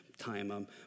time